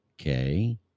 Okay